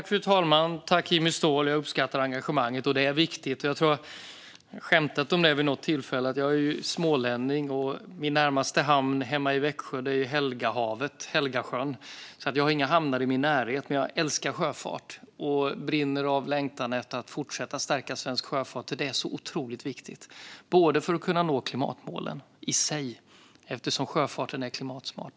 Fru talman! Jag uppskattar Jimmy Ståhls engagemang. Det är viktigt. Jag tror att jag vid något tillfälle skämtat om att jag är smålänning. Min närmaste hamn hemma i Växjö är Helgahavet. Jag har inga hamnar i min närhet, men jag älskar sjöfart och jag brinner av längtan efter att fortsätta att stärka svensk sjöfart eftersom det är så otroligt viktigt. Det handlar om att nå klimatmålen i sig eftersom sjöfarten är klimatsmart.